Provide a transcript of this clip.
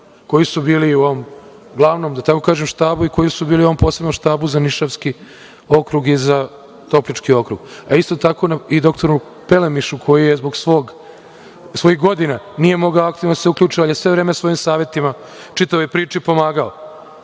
koji su bili u ovom glavnom štabu i koji su bili u ovom posebnom štabu za Nišavski okrug i Toplički okrug, a isto tako i doktoru Pelemišu koji zbog svojih godina nije mogao aktivno da se uključi, ali je sve vreme svojim savetima čitavoj priči pomagao. Šta